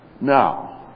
Now